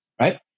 right